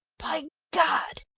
by god